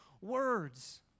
words